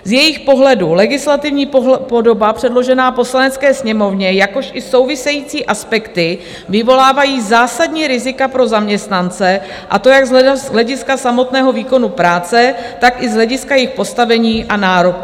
Z jejich pohledu legislativní podoba předložená Poslanecké sněmovně, jakož i související aspekty, vyvolávají zásadní rizika pro zaměstnance, a to jak z hlediska samotného výkonu práce, tak i z hlediska jejich postavení a nároků.